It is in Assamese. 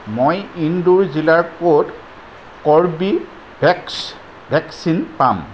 মই ইন্দোৰ জিলাৰ ক'ত কৰ্বীভেক্স ভেকচিন পাম